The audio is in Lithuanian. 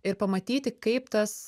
ir pamatyti kaip tas